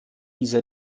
diese